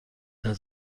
صمیم